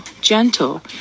gentle